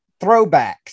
throwbacks